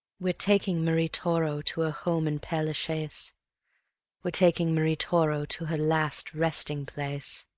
we're taking marie toro to her home in pere-la-chaise we're taking marie toro to her last resting-place.